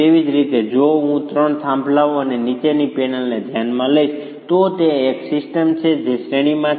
તેવી જ રીતે જો હું 3 થાંભલાઓ અને નીચેની પેનલને ધ્યાનમાં લઈશ તો તે એક સિસ્ટમ છે જે શ્રેણીમાં છે